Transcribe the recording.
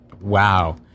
Wow